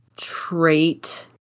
trait